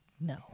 no